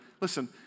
Listen